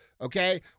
Okay